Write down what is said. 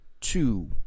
two